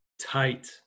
tight